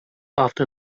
after